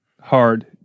hard